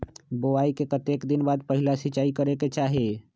बोआई के कतेक दिन बाद पहिला सिंचाई करे के चाही?